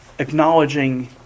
Acknowledging